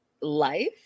life